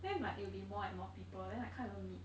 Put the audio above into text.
then like it will be more and more people then like can't even meet